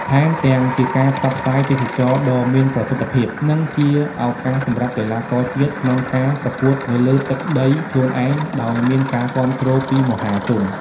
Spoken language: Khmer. ថែមទាំងជាការផ្សព្វផ្សាយទេសចរណ៍ដ៏មានប្រសិទ្ធភាព និងជាឱកាសសម្រាប់កីឡាករជាតិក្នុងការប្រកួតនៅលើទឹកដីខ្លួនឯង ដោយមានការគាំទ្រពីមហាជន។